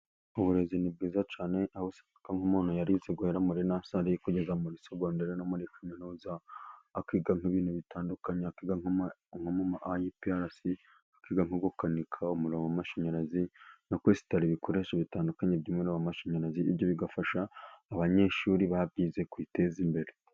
Uburezi ni bwiza cyane, aho usanga nk'umuntu yarize guhera muri nasari, kugeza muri sogonderi no muri kaminuza, akigamo ibintu bitandukanye. Akiga nko muri IPRC, akiga nko gukanika umuriro w'amashanyarazi no kwesitara ibikoresho bitandukanye, by'umuriro w'amashanyarazi, ibyo bigafasha abanyeshuri babyize kwiteza imbere.